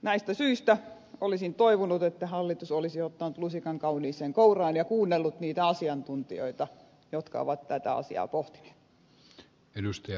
näistä syistä olisin toivonut että hallitus olisi ottanut lusikan kauniiseen kouraan ja kuunnellut niitä asiantuntijoita jotka ovat tätä asiaa pohtineet